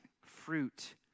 fruit